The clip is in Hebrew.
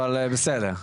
אבל בסדר,